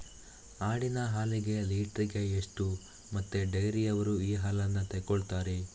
ಆಡಿನ ಹಾಲಿಗೆ ಲೀಟ್ರಿಗೆ ಎಷ್ಟು ಮತ್ತೆ ಡೈರಿಯವ್ರರು ಈ ಹಾಲನ್ನ ತೆಕೊಳ್ತಾರೆ?